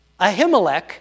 Ahimelech